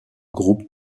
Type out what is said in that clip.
groupes